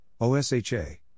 OSHA